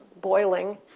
boiling